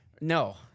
No